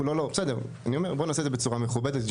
בוא נעשה את זה בצורה מכובדת.